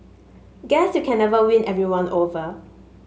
guess you can never win everyone over